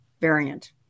variant